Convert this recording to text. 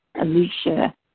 Alicia